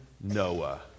Noah